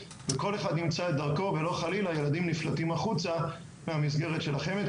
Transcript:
וכל אחד ימצא את דרכו ולא חלילה ילדים נפלטים החוצה מהמסגרת של החמ"ד,